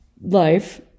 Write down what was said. life